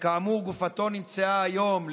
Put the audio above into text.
שכאמור גופתו נמצאה היום,